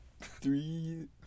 three